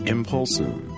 Impulsive